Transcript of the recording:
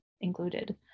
included